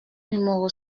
numéro